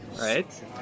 right